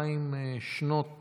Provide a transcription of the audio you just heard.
אלפיים שנות